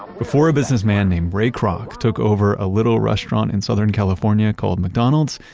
before a businessman named ray kroc took over a little restaurant in southern california called mcdonald's,